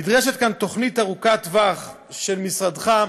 נדרשת כאן תוכנית ארוכת טווח של משרדך,